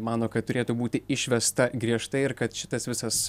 mano kad turėtų būti išvesta griežtai ir kad šitas visas